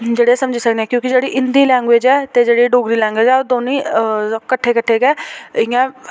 जेह्ड़े समझी सकने क्योंकि जेह्ड़ी हिंदी लैंग्वेज़ ऐ ते जेह्ड़ी डोगरी लैंग्वेज़ ऐ अस दौनें गी कट्ठे कट्ठे गै इ'यां